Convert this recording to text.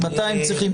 מתי הם צריכים.